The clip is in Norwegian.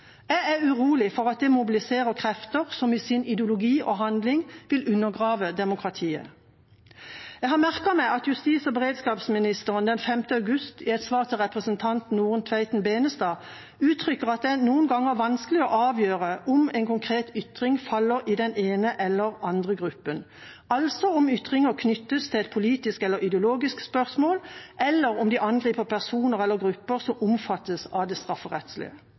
Jeg er urolig for at det mobiliserer krefter som i sin ideologi og handling vil undergrave demokratiet. Jeg har merket meg at justis- og beredskapsministeren den 5. august i et svar til representanten Norunn Tveiten Benestad uttrykker at det noen ganger er «vanskelig å avgjøre om en konkret ytring faller i den ene eller andre gruppen» – altså om ytringer knyttes til et politisk eller ideologisk spørsmål, eller om de angriper personer eller grupper som omfattes av det strafferettslige.